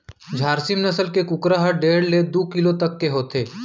झारसीम नसल के कुकरा ह डेढ़ ले दू किलो तक के होथे